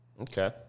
Okay